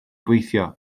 gweithio